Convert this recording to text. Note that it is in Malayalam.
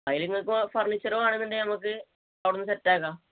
അതില് നിങ്ങള്ക്കിപ്പോള് ഫർണീച്ചര് വേണുമെന്നുണ്ടെങ്കില് നമുക്ക് അവിടെനിന്ന് സെറ്റാക്കാം